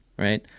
right